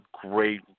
great